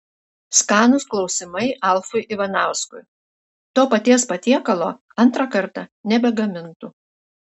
skanūs klausimai alfui ivanauskui to paties patiekalo antrą kartą nebegamintų